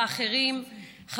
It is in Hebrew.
והאחרים,